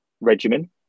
regimen